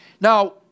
Now